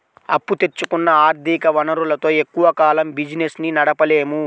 అప్పు తెచ్చుకున్న ఆర్ధిక వనరులతో ఎక్కువ కాలం బిజినెస్ ని నడపలేము